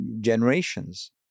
generations